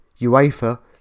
UEFA